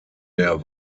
der